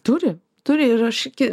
turi turi ir aš iki